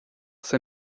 san